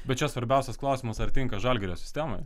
bet čia svarbiausias klausimas ar tinka žalgirio sistemai